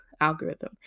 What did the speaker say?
algorithm